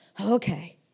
Okay